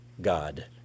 God